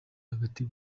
hagati